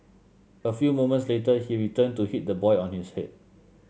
a few moments later he returned to hit the boy on his head